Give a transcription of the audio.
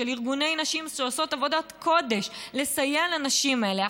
של ארגוני נשים שעושים עבודת קודש לסייע לנשים האלה,